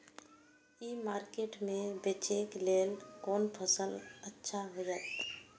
ई market में बेचेक लेल कोन फसल अच्छा होयत?